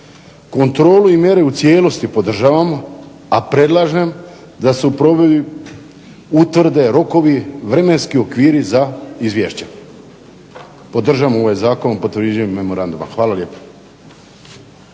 Kontrolu i mjere u cijelosti podržavamo, a predlažem da se utvrde rokovi, vremenski okviri za izvješća. Podržavam ovaj zakon o potvrđivanju memoranduma. Hvala lijepo.